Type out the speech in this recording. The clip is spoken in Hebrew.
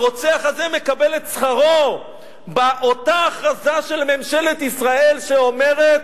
הרוצח הזה מקבל את שכרו באותה הכרזה של ממשלת ישראל שאומרת: